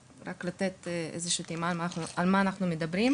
על מנת לתת מושג בנוגע למה שעליו אנחנו מדברים.